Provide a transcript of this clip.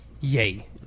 Yay